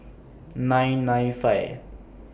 nine nine five